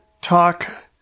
talk